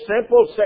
simple